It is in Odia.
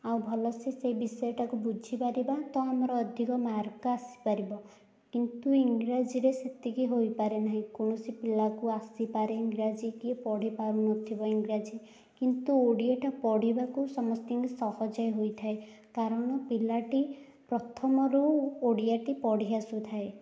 ଆଉ ଭଲ ସେ ସେ ବିଷୟଟାକୁ ବୁଝିପାରିବା ତ ଆମର ତ ଅଧିକ ମାର୍କ ଆସିପାରିବ କିନ୍ତୁ ଇଂରାଜୀରେ ସେତିକି ହୋଇପାରେ ନାହିଁ କୌଣସି ପିଲାକୁ ଆସିପାରେ ଇଂରାଜୀ କିଏ ପଢ଼ିପାରୁ ନଥିବ ଇଂରାଜୀ କିନ୍ତୁ ଓଡ଼ିଆଟା ପଢ଼ିବାକୁ ସମସ୍ତଙ୍କୁ ସହଜ ହୋଇଥାଏ କାରଣ ପିଲାଟି ପ୍ରଥମରୁ ଓଡ଼ିଆଟି ପଢ଼ି ଆସୁଥାଏ